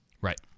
Right